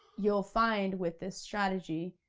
you'll find, with this strategy,